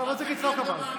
אף אחד לא מאמין לכם.